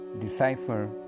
decipher